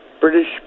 British